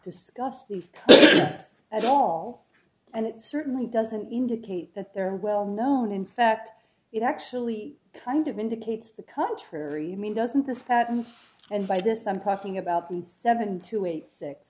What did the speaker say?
discuss these tests at all and it certainly doesn't indicate that they're well known in fact it actually kind of indicates the contrary me doesn't this patent and by this i'm talking about seven two eight six